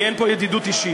כי אין פה ידידות אישית,